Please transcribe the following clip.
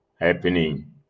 happening